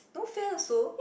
no fan also